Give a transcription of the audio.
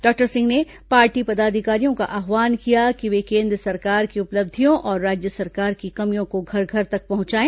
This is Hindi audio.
डॉक्टर सिंह ने पार्टी पदाधिकारियों का आहवान किया कि वे केन्द्र सरकार की उपलब्धियों और राज्य सरकार की कमियों को घर घर तक पहुंचाय